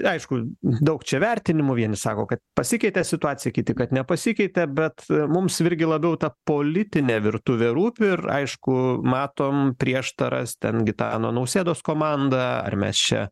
aišku daug čia vertinimų vieni sako kad pasikeitė situacija kiti kad nepasikeitė bet mums virgi labiau ta politinė virtuvė rūpi ir aišku matom prieštaras ten gitano nausėdos komandą ar mes čia